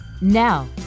Now